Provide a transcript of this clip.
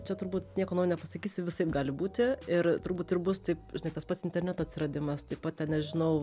čia turbūt nieko naujo nepasakysiu visaip gali būti ir turbūt ir bus taip žinai tas pats interneto atsiradimas taip pat nežinau